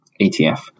ETF